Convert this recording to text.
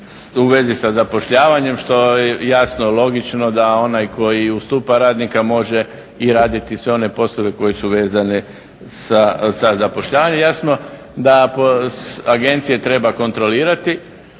u vezi sa zapošljavanjem što je jasno logično da onaj koji ustupa radnika može i raditi sve one poslove koji su vezani za zapošljavanje. Jasno da agencije treba kontrolirati,